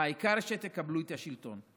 העיקר שתקבלו את השלטון.